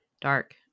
dark